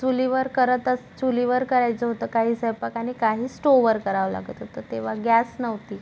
चुलीवर करत अस चुलीवर करायचं होतं काही स्वैंपाक आणि काही स्टोवर करावं लागत होतं तेव्हा गॅस नव्हती